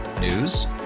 News